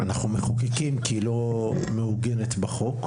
אנחנו מחוקקים כי היא לא מעוגנת בחוק,